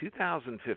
2015